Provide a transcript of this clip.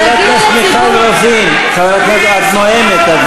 חברת הכנסת רוזין, את נואמת.